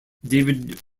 david